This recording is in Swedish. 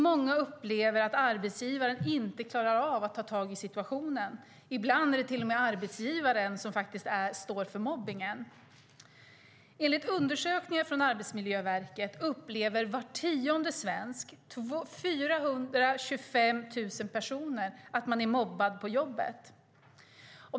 Många upplever att arbetsgivaren inte klarar av att ta tag i situationen. Ibland är det till och med arbetsgivaren som står för mobbningen. Enligt undersökningar från Arbetsmiljöverket upplever var tionde svensk - 425 000 personer - att man är mobbad på jobbet.